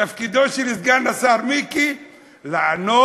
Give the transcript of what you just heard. תפקידו של סגן השר מיקי לענות,